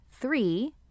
three